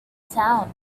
town